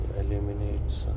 eliminates